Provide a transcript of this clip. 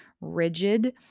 rigid